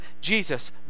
Jesus